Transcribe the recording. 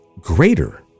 greater